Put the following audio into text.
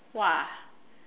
!wah!